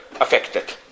affected